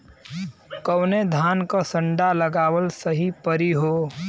कवने धान क संन्डा लगावल सही परी हो?